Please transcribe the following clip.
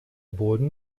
boden